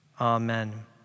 Amen